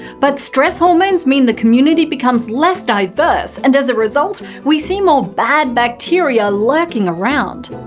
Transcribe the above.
but stress hormones mean the community becomes less diverse and as a result, we see more bad bacteria lurking around.